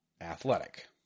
athletic